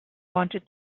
wanted